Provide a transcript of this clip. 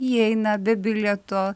įeina be bilieto